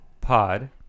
Pod